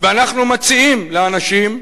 ואנחנו מציעים לאנשים,